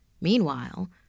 Meanwhile